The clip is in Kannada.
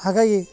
ಹಾಗಾಗಿ